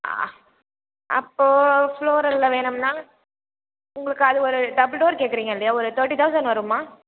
ஆ அப்போது ஃப்ளோரலில் வேணும்னால் உங்களுக்கு அது ஒரு டபுள் டோர் கேட்குறீங்க இல்லையா ஒரு தேட்டி தௌசண்ட் வரும்மா